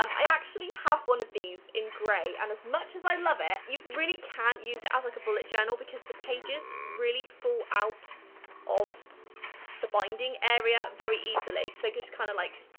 um i actually have one of these in grey and as much as i love it, you really can't use it as like, a bullet journal because the pages really fall out of the binding area very easily so they just kind of like,